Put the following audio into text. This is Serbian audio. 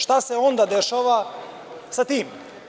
Šta se onda dešava sa tim?